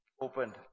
opened